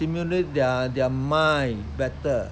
simulate their mind better